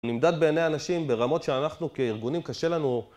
נמדד בעיני אנשים ברמות שאנחנו כארגונים קשה לנו